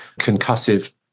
concussive